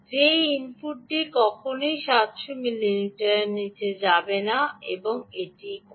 যে এই ইনপুটটি কখনই 700 মিলিভোল্টের নিচে যাবে না এটিই করবে